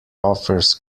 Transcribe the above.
offers